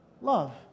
Love